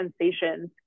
sensations